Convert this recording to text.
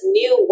new